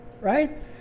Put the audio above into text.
right